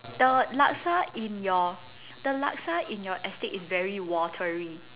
the laksa in your the laksa in your estate is very watery